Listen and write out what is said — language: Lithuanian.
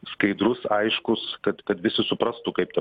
skaidrus aiškus kad kad visi suprastų kaip tą